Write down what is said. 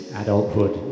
adulthood